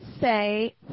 say